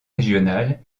régionales